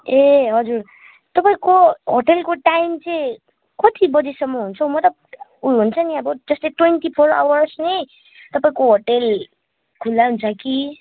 ए हजुर तपाईँको होटलको टाइम चाहिँ कति बजीसम्म हुन्छ हौ मतलब उ हुन्छ नि अब जस्तै ट्वेन्टी फोर आवर्स नै तपाईँको होटल खुला हुन्छ कि